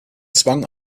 zwang